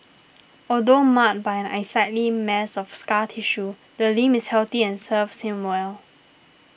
although marred by an unsightly mass of scar tissue the limb is healthy and serves him well